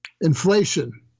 inflation